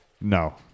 No